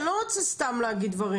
אני לא רוצה להגיד סתם דברים.